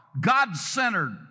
God-centered